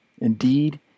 Indeed